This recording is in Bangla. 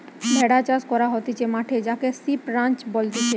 ভেড়া চাষ করা হতিছে মাঠে যাকে সিপ রাঞ্চ বলতিছে